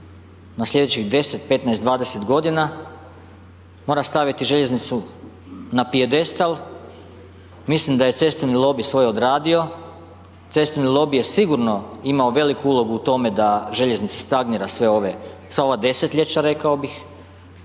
na slijedećih 10, 15, 20 godina, mora staviti željeznicu na pijedestal, mislim da je cestovni lobi svoje odradio, cestovni lobi je sigurno imao veliku ulogu u tome da željeznici stagnira sva ova desetljeća rekao bih,